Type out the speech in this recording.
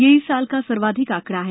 यह इस साल का सर्वाधिक आंकड़ा है